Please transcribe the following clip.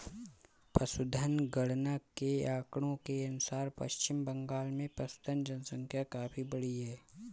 पशुधन गणना के आंकड़ों के अनुसार पश्चिम बंगाल में पशुधन जनसंख्या काफी बढ़ी है